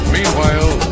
Meanwhile